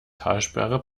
talsperre